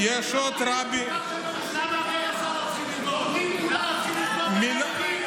הילדים שלך לומדים לימודי ליבה?